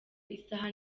isaha